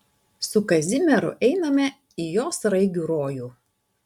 su kazimieru einame į jo sraigių rojų